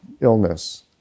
illness